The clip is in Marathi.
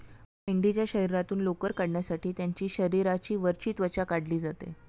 मेंढीच्या शरीरातून लोकर काढण्यासाठी त्यांची शरीराची वरची त्वचा काढली जाते